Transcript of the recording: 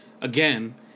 again